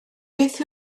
beth